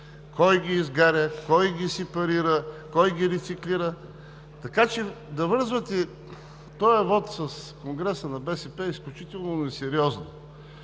кой ги изгаря, кой ги сепарира, кой ги рециклира, така че да връзвате този вот с конгреса на БСП е изключително несериозно.